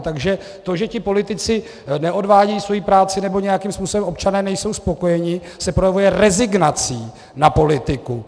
Takže to, že ti politici neodvádějí svoji práci nebo nějakým způsobem občané nejsou spokojeni, se projevuje rezignací na politiku.